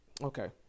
Okay